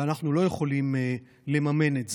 ואנחנו לא יכולים לממן את זה.